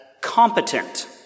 competent